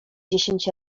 dziesięć